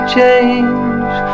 change